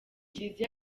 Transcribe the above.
kiliziya